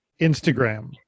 Instagram